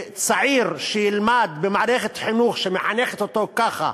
וצעיר שילמד במערכת חינוך שמחנכת אותו ככה,